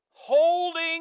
holding